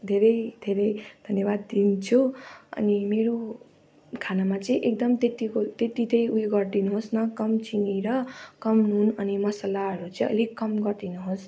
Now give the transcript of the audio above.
धेरै धेरै धन्यवाद दिन्छु अनि मेरो खानामा चाहिँ एकदम त्यतिको त्यति चाहिँ उयो गरिदिनुहोस् न कम चिनी र कम नुन अनि मसालाहरू चाहिँ अलिक कम गरिदिनुहोस्